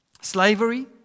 Slavery